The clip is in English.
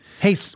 Hey